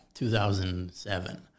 2007